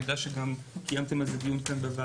אני יודע שגם קיימתם על זה דיון בוועדה.